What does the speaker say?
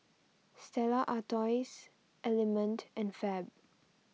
Stella Artois Element and Fab